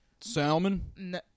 Salmon